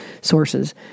sources